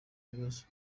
ibibazo